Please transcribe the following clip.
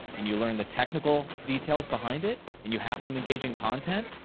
and you learn the technical details behind it, and you have some engaging content,